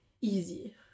easy